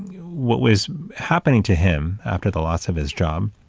what was happening to him after the loss of his job,